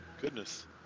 Goodness